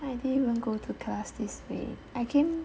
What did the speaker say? I didn't even go to class this week I came